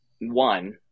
one